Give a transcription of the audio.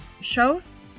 shows